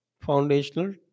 foundational